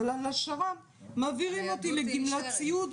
אבל על השר"מ מעבירים אותי לגמלת סיעוד,